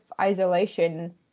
isolation